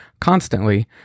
constantly